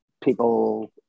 people